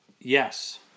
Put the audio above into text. Yes